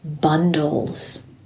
bundles